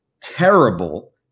terrible